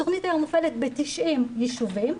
התכנית מופעלת היום ב-90 ישובים,